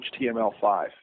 HTML5